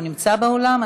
הוא נמצא באולם?